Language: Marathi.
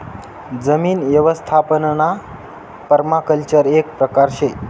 जमीन यवस्थापनना पर्माकल्चर एक परकार शे